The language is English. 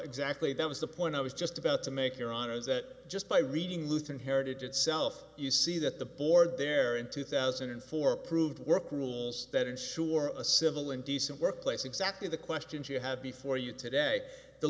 exactly that was the point i was just about to make your honor is that just by reading lutheran heritage itself you see that the board there in two thousand and four approved work rules that ensure a civil and decent workplace exactly the questions you have before you today the